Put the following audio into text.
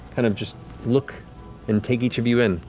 and um just look and take each of you in.